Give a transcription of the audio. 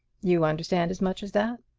you understand as much as that?